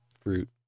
fruit